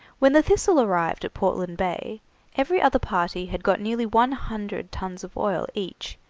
when the thistle arrived at portland bay every other party had got nearly one hundred tuns of oil each,